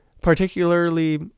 particularly